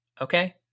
Okay